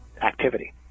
activity